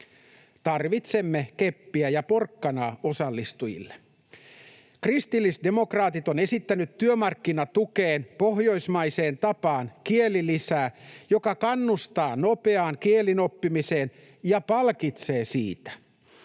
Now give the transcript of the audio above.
Tarvitsemme keppiä ja porkkanaa osallistujille. Kristillisdemokraatit on esittänyt työmarkkinatukeen pohjoismaiseen tapaan kielilisää, joka kannustaa nopeaan kielen oppimiseen ja palkitsee siitä.